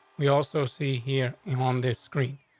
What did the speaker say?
we also see here on this screen.